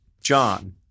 John